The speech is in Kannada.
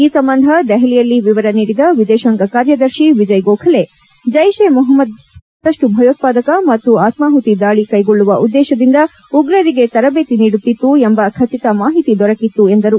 ಈ ಸಂಬಂಧ ದೆಹಲಿಯಲ್ಲಿ ವಿವರ ನೀಡಿದ ವಿದೇಶಾಂಗ ಕಾರ್ಯದರ್ಶಿ ವಿಜಯ್ ಗೋಖಲೆ ಜೈಷ್ ಇ ಮೊಹಮದ್ ದೇಶದಲ್ಲಿ ಮತ್ತಷ್ಟು ಭಯೋತ್ವಾದಕ ಮತ್ತು ಆತ್ಸಾಹುತಿ ದಾಳಿ ಕೈಗೊಳ್ಳುವ ಉದ್ದೇಶದಿಂದ ಉಗ್ರರಿಗೆ ತರಬೇತಿ ನೀಡುತ್ತಿತ್ತು ಎಂಬ ಖಚಿತ ಮಾಹಿತಿ ದೊರಕಿತ್ತು ಎಂದರು